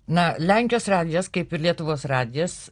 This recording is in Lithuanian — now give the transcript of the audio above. na lenkijos radijas kaip ir lietuvos radijas